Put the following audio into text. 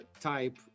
type